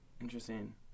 Interesting